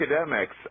academics